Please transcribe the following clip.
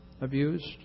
abused